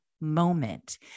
moment